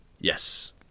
Yes